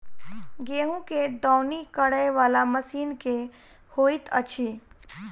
गेंहूँ केँ दौनी करै वला मशीन केँ होइत अछि?